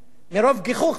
מרוב גיחוך וכעס.